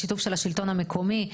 בשיתוף של השלטון המקומי.